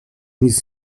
nic